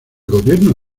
gobierno